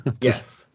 Yes